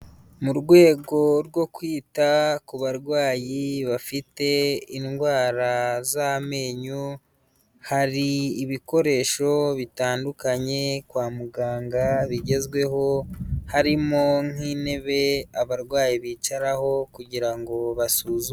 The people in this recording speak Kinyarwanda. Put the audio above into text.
Mu rwego rwo kwita ku barwayi bafite indwara z'amenyo, hari ibikoresho bitandukanye kwa muganga bigezweho, harimo nk'intebe abarwayi bicaraho kugira ngo basuzumwe.